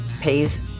pays